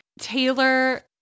Taylor –